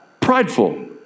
Prideful